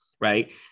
right